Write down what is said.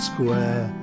Square